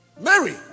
Mary